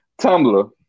Tumblr